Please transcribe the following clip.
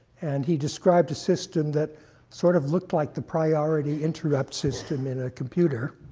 and he described a system that sort of looked like the priority interrupt system in a computer.